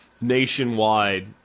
nationwide